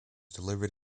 delivered